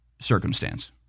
circumstance